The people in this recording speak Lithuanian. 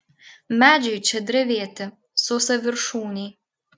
medžiai čia drevėti sausaviršūniai